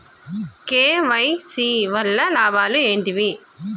KYC వల్ల లాభాలు ఏంటివి?